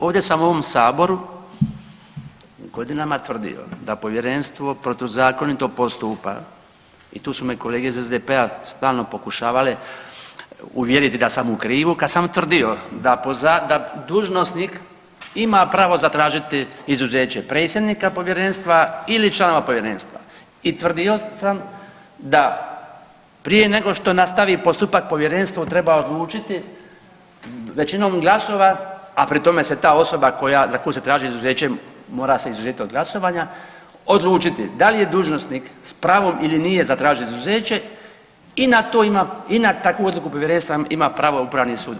Ovdje sam u ovom saboru godinama tvrdio da povjerenstvo protuzakonito postupa i tu su me kolege iz SDP-a stalno pokušavale uvjeriti da sam u krivu kad sam tvrdio da dužnosnik ima pravo zatražiti izuzeće predsjednika povjerenstva ili članova povjerenstva i tvrdio sam da prije nego što nastavi postupak povjerenstvo treba odlučiti većinom glasova, a pri tome se ta osoba koja, za koju se traži izuzeće mora se izuzet od glasovanja, odlučiti da li je dužnosnik s pravom ili nije zatražio izuzeće i na to ima, i na takvu odluku povjerenstva ima pravo upravni sud.